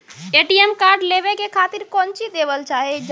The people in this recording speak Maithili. ए.टी.एम कार्ड लेवे के खातिर कौंची देवल जाए?